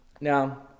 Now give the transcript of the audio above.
Now